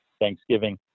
Thanksgiving